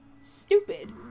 stupid